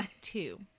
two